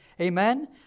Amen